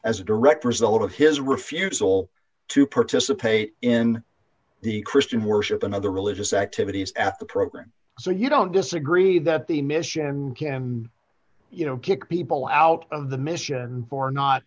as a direct result of his refusal to participate in the christian worship and other religious activities at the program so you don't disagree that the mission can you know kick people out of the mission for not